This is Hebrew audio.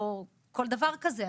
או כל דבר כזה.